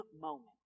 moment